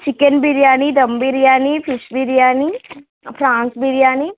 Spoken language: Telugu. chicken biryani dum biryani fish biryani prawns biryani